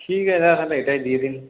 ঠিক আছে দাদা তাহলে এটাই দিয়ে দিন